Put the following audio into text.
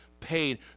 paid